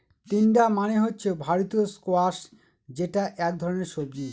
তিনডা মানে হচ্ছে ভারতীয় স্কোয়াশ যেটা এক ধরনের সবজি